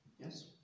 Yes